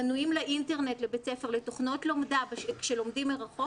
מינויים לאינטרנט לבית ספר לתוכנות לומדה כשלומדים מרחוק,